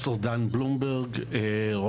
אני פרופסור דן בלומברג,